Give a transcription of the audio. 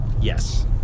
yes